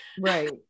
right